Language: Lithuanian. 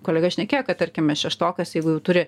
kolega šnekėjo kad tarkime šeštokas jeigu jau turi